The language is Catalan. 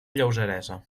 lleugeresa